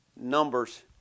Numbers